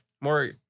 more